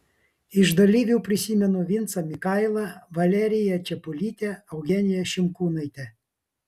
iš dalyvių prisimenu vincą mikailą valeriją čepulytę eugeniją šimkūnaitę